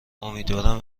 امیدوارم